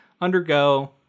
undergo